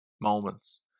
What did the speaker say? moments